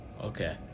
Okay